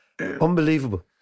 Unbelievable